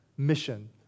mission